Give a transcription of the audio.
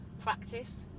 practice